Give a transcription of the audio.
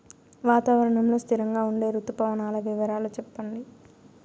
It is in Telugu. వాతావరణం లో స్థిరంగా ఉండే రుతు పవనాల వివరాలు చెప్పండి?